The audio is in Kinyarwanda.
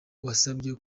wasabye